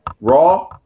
Raw